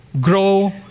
grow